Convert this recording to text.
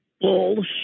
bullshit